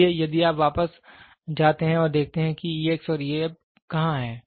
इसलिए यदि आप वापस जाते हैं और देखते हैं कि और कहां है